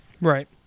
Right